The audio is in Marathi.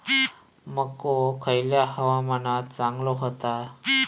मको खयल्या हवामानात चांगलो होता?